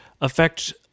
affect